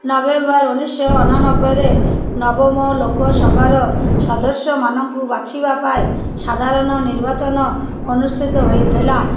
November ଉନେଇଶି ଶହ ଅଣାନବେରେ ନବମ ଲୋକସଭାର ସଦସ୍ୟମାନଙ୍କୁ ବାଛିବା ପାଇଁ ସାଧାରଣ ନିର୍ବାଚନ ଅନୁଷ୍ଠିତ ହୋଇଥିଲା